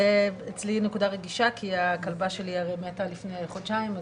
זה אצלי נקודה רגישה כי הכלבה שלי מתה לפני חודשיים.